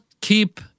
keep